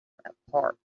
apart